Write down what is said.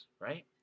right